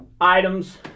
items